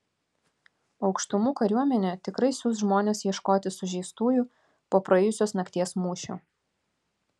aukštumų kariuomenė tikrai siųs žmones ieškoti sužeistųjų po praėjusios nakties mūšio